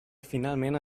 finalment